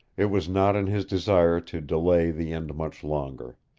it was not in his desire to delay the end much longer.